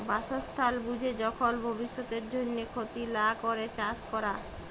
বাসস্থাল বুঝে যখল ভব্যিষতের জন্হে ক্ষতি লা ক্যরে চাস ক্যরা